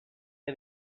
que